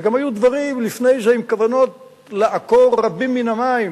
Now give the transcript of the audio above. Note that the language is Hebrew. וגם היו דברים לפני זה עם כוונות לעקור רבים מן המים